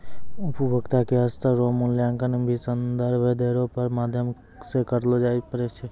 उपभोक्ता के स्तर रो मूल्यांकन भी संदर्भ दरो रो माध्यम से करलो जाबै पारै